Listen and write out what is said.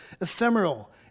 ephemeral